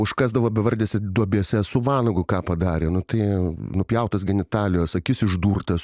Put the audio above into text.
užkasdavo bevardėse duobėse su vanagu ką padarė nu tai nupjautos genitalijos akis išdurtos